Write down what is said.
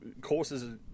courses